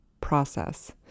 process